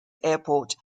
airport